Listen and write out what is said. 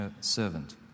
servant